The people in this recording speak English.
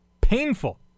painful